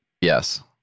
Yes